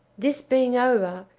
this being over,